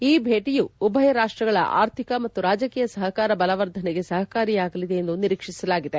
ಈ ಭೇಟಿಯು ಉಭಯ ರಾಷ್ಸಗಳ ಆರ್ಥಿಕ ಮತ್ತು ರಾಜಕೀಯ ಸಹಕಾರ ಬಲವರ್ಧನೆಗೆ ಸಹಕಾರಿಯಾಗಲಿದೆ ಎಂದು ನಿರೀಕ್ಸಿಸಲಾಗಿದೆ